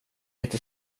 inte